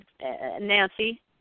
Nancy